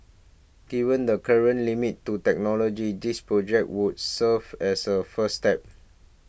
given the current limits to technology this project would serve as a first step